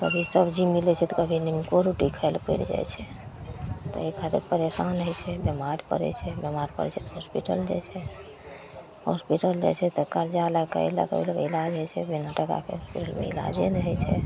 कभी सबजी मिलै छै तऽ कभी निम्मको रोटी खाइ ले पड़ि जाइ छै तऽ एहि खातिर परेशान होइ छै बेमार पड़ै छै बेमार पड़ै छै तऽ हॉसपिटल जाइ छै हॉसपिटल जाइ छै तऽ करजा लैके ई लैके ओ लैके इलाज होइ छै बिना टकाके इलाजे नहि होइ छै